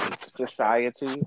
Society